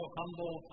humble